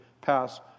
pass